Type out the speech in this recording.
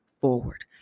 forward